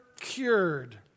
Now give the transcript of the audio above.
cured